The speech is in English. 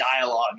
dialogue